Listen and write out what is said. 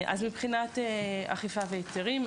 מבחינת אכיפה והיתרים.